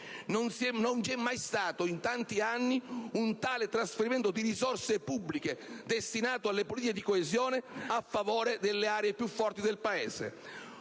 Non c'è mai stato in tanti anni un tale trasferimento di risorse pubbliche destinato alle politiche di coesione a favore delle aree più forti del Paese.